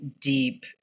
deep